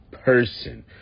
person